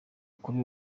kuri